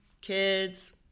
kids